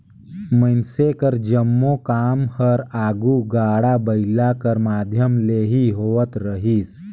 मइनसे कर जम्मो काम हर आघु गाड़ा बइला कर माध्यम ले ही होवत रहिस